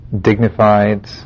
dignified